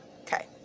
Okay